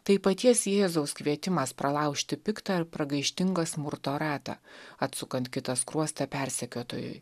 tai paties jėzaus kvietimas pralaužti piktą ir pragaištingą smurto ratą atsukant kitą skruostą persekiotojui